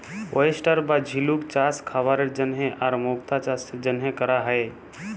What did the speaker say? oyster বা ঝিলুক চাস খাবারের জন্হে আর মুক্ত চাসের জনহে ক্যরা হ্যয়ে